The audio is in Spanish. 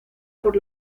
por